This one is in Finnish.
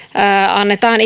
annetaan